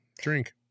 Drink